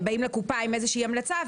באים לקופה עם איזו שהיא המלצה,